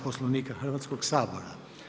Poslovnika Hrvatskog sabora.